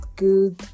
Good